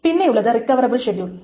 പിന്നെയുള്ളത് റിക്കവറബിൾ ഷെഡ്യൂളുകൾ